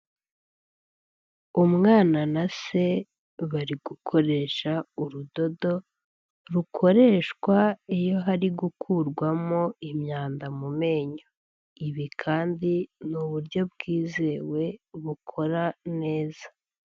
Umwana na se bari gukoresha urudodo rukoreshwa iyo hari gukurarwamo imyanda mu menyo, ibi kandi ni uburyo bwizewe bukora neza.